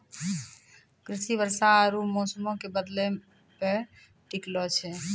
कृषि वर्षा आरु मौसमो के बदलै पे टिकलो छै